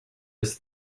his